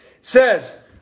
says